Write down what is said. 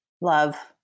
love